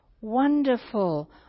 Wonderful